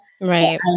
Right